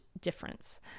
difference